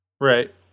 Right